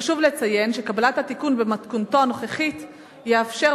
חשוב לציין שקבלת התיקון במתכונתו הנוכחית תאפשר,